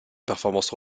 performances